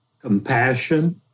compassion